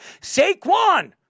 Saquon